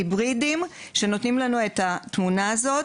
היברידיים שנותנים לנו את התמונה הזו,